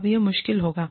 अब यह मुश्किल हो गया